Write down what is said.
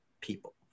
people